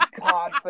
god